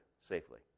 safely